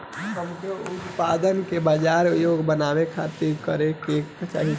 हमके उत्पाद के बाजार योग्य बनावे खातिर का करे के चाहीं?